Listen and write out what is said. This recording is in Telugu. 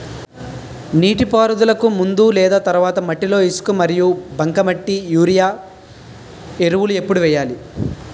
నీటిపారుదలకి ముందు లేదా తర్వాత మట్టిలో ఇసుక మరియు బంకమట్టి యూరియా ఎరువులు ఎప్పుడు వేయాలి?